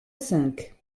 cinq